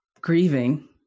grieving